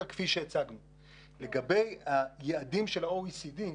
לגבי היעדים של ה-OECD,